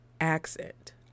accent